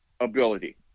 ability